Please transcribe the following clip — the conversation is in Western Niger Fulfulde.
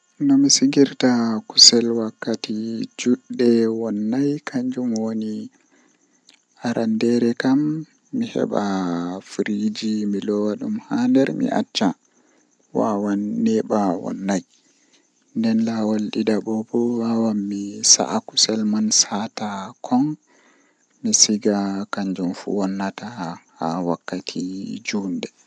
Eh asomnan flawa ma asammina ndiyam dow flawa alanya dum alanyadum seito dum moddi tekki sei amabba dum haa nder fande malla hunde feere jei wulnata a acca dum jei wakkati sedda to wuli ni uppan be hore mum jam ajippina dum taa hukka.